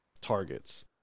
targets